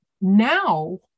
Now